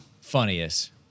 Funniest